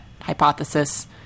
hypothesis